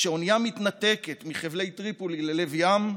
כשהאונייה מתנתקת מחבלי טריפולי ללב ים,